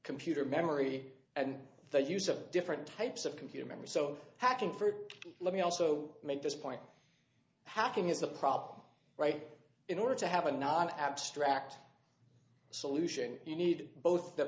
computer memory and the use of different types of computer memory so hacking for let me also make this point hacking is the problem right in order to have a not abstract solution you need both the